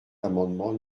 l’amendement